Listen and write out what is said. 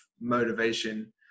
motivation